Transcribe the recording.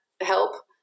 help